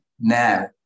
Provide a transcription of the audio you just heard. now